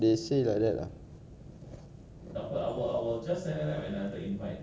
but then rin joo already stated that they are not going to quote for the job right